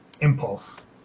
Impulse